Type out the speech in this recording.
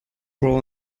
role